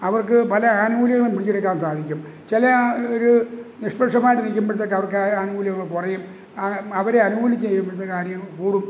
അവർക്ക് പല ആനുകൂല്യങ്ങളും പിടിച്ചെടുക്കാൻ സാധിക്കും ചില അവർ നിഷ്പക്ഷമായിട്ട് നിൽക്കുമ്പോഴത്തേക്ക് അവർക്ക് ആനുകൂല്യങ്ങൾ കുറയും അവരെ അനുകൂലിക്കുകയും ഇപ്പോഴത്തെ കാര്യം കൂടും